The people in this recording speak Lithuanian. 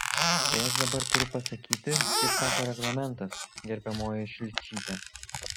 tai aš dabar turiu pasakyti kaip sako reglamentas gerbiamoji šličyte